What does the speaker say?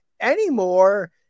Anymore